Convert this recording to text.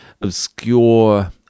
obscure